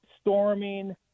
storming